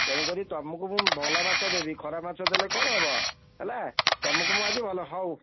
ତେଣୁ କରି ତୁମକୁ ମୁଁ ଭଲ ମାଛ ଦେବି ଖରାପ ମାଛ ଦେଲେ କ'ଣ ହେବ ହେଲା ତୁମକୁ ମୁଁ ଆଜି ଭଲ ହଉ